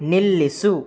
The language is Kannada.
ನಿಲ್ಲಿಸು